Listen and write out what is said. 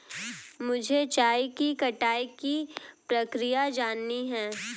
मुझे चाय की कटाई की प्रक्रिया जाननी है